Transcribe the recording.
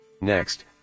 next